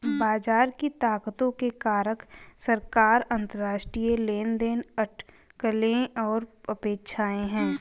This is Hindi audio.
बाजार की ताकतों के कारक सरकार, अंतरराष्ट्रीय लेनदेन, अटकलें और अपेक्षाएं हैं